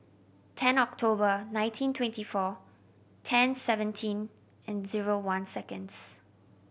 ten October nineteen twenty four ten seventeen and zero one seconds